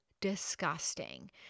disgusting